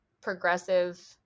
progressive